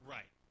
Right